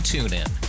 TuneIn